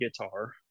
guitar